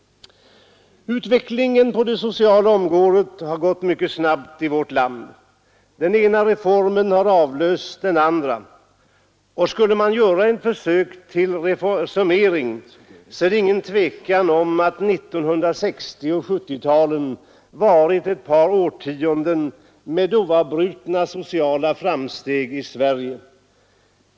Utvecklingen på det sociala området har gått mycket snabbt i vårt land. Den ena reformen har avlöst den andra, och skulle man göra ett försök till summering är det inget tvivel om att 1960 och 1970-talen varit ett par årtionden med oavbrutna sociala framsteg i Sverige.